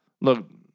look